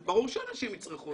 ברור שאנשים יצרכו את זה.